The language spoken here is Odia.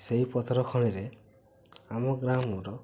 ସେହି ପଥର ଖଣିରେ ଆମ ଗ୍ରାମର